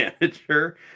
manager